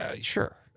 Sure